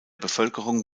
bevölkerung